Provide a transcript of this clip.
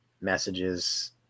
messages